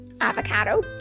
Avocado